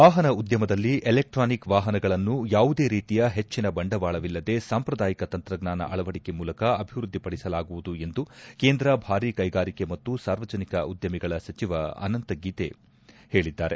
ವಾಹನ ಉದ್ಯಮದಲ್ಲಿ ಎಲೆಕ್ಟಾನಿಕ್ ವಾಹನಗಳನ್ನು ಯಾವುದೇ ರೀತಿಯ ಹೆಚ್ಚಿನ ಬಂಡವಾಳವಿಲ್ಲದೆ ಸಾಂಪೂದಾಯಿಕ ತಂತ್ರಜ್ಞಾನ ಅಳವಡಿಕೆ ಮೂಲಕ ಅಭಿವೃದ್ಧಿಪಡಿಸಲಾಗುವುದು ಎಂದು ಕೇಂದ್ರ ಭಾರಿ ಕೈಗಾರಿಕೆ ಮತ್ತು ಸಾರ್ವಜನಿಕ ಉದ್ಯಮಿಗಳ ಸಚಿವ ಅನಂತ್ ಗೀತೆ ಹೇಳಿದ್ದಾರೆ